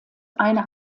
einer